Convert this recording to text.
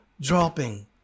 dropping